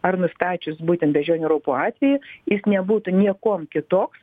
ar nustačius būtent beždžionių raupų atvejį jis nebūtų niekuom kitoks